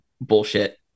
bullshit